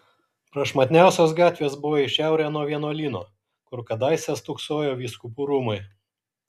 prašmatniausios gatvės buvo į šiaurę nuo vienuolyno kur kadaise stūksojo vyskupų rūmai